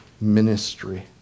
ministry